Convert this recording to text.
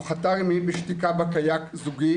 הוא חתר עמי בשתיקה בקיאק זוגי,